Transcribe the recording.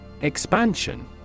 Expansion